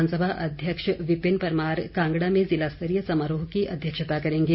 विधानसभा अध्यक्ष विपिन परमार कांगड़ा में ज़िला स्तरीय समारोह की अध्यक्षता करेंगे